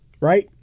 right